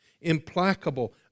implacable